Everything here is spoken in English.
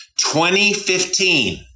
2015